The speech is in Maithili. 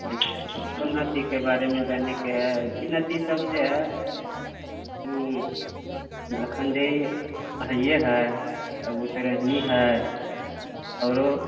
कोन नदीके बारेमे जानैके हय ई नदी सभ जे हय लखनदेइ हैये हय एगो तऽ रही हय आओरो